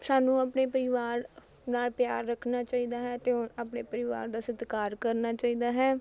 ਸਾਨੂੰ ਆਪਣੇ ਪਰਿਵਾਰ ਨਾਲ਼ ਪਿਆਰ ਰੱਖਣਾ ਚਾਹੀਦਾ ਹੈ ਅਤੇ ਓ ਆਪਣੇ ਪਰਿਵਾਰ ਦਾ ਸਤਿਕਾਰ ਕਰਨਾ ਚਾਹੀਦਾ ਹੈ